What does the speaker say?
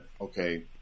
Okay